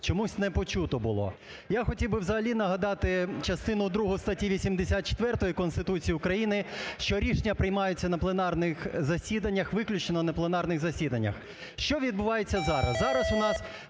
чомусь не почуто було. Я хотів би взагалі нагадати частину другу статті 84 Конституції України, що рішення приймаються на пленарних засіданнях, виключно на пленарних засіданнях. Що відбувається зараз?